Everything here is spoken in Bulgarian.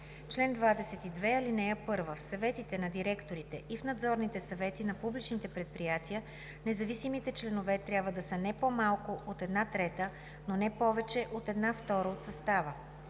чл. 22: „Чл. 22. (1) В съветите на директорите и в надзорните съвети на публичните предприятия независимите членове трябва да са не по-малко от една трета, но не повече от една втора от състава.